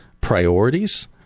priorities